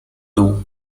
dół